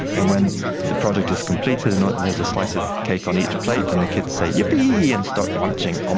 and when the project is completed and and there's a slice of cake on each plate, then the kids say yippee and start munching. um